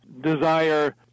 desire